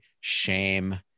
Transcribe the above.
shame